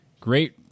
great